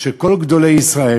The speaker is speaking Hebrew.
של כל גדולי ישראל,